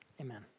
Amen